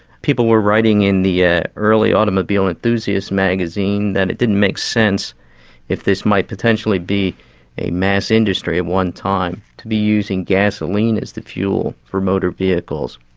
people were writing in the ah early automobile enthusiast magazine that it didn't make sense if this might potentially be a mass industry at one time, to be using gasoline as the fuel for motor vehicles.